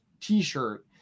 t-shirt